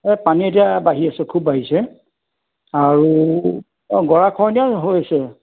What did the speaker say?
পানী এতিয়া পানী বাঢ়ি আছে খুব বাঢ়িছে আৰু অঁ গৰা খহনীয়াও হৈছে